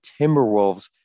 Timberwolves